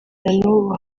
nanubu